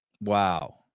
Wow